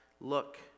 Look